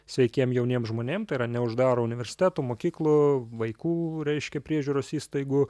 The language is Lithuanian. sveikiem jauniem žmonėm tai yra neuždaro universitetų mokyklų vaikų reiškia priežiūros įstaigų